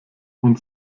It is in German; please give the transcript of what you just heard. und